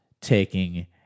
taking